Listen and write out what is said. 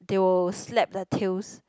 they will slap their tails